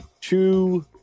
two